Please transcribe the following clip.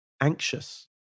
anxious